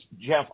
Jeff